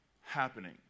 happening